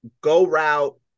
go-route